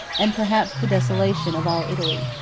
and perhaps the desolation of all italy.